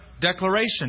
Declaration